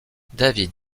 david